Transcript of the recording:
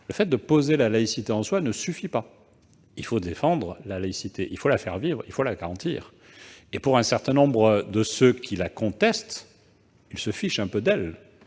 le fait de poser la laïcité en soi ne suffit pas. Il faut défendre la laïcité, la faire vivre et la garantir. Un certain nombre de ceux qui la contestent se fichent un peu d'elle.